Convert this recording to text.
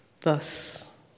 Thus